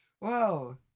Wow